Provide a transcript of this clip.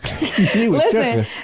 Listen